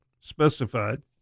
specified